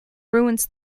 ruins